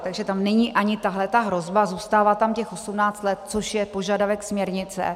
Takže tam není ani tahleta hrozba, zůstává tam těch 18 let, což je požadavek směrnice.